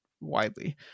widely